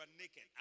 naked